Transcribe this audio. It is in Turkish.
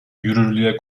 yürürlüğe